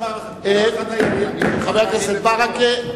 חבר הכנסת ברכה,